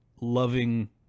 loving